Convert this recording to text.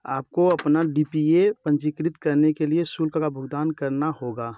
आपको अपना D P A पंजीकृत करने के लिए शुल्क का भुगतान करना होगा